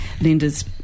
Linda's